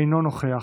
אינו נוכח,